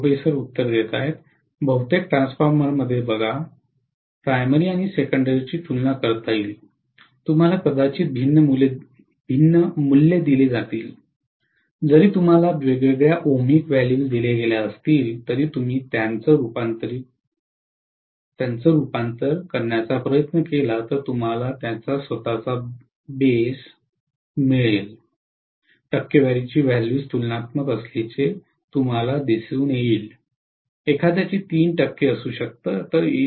professor बहुतेक ट्रान्सफॉर्मर्समध्ये पहा प्राथमिक व सेकंडरी तुलना करता येतील तुम्हाला कदाचित भिन्न मूल्य दिले जातील जरी तुम्हाला वेगवेगळ्या ओमिक व्हॅल्यूज दिल्या गेल्या तरी तुम्ही त्यास रूपांतरित करण्याचा प्रयत्न केला तर तुम्हाला त्याचा स्वतःचा बेस माहित आहे टक्केवारीची व्हॅल्यूज तुलनात्मक असल्याचे दिसून येईल एखाद्याचे 3 टक्के असू शकतात तर इतर 3